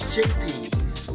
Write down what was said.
Chickpeas